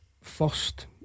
First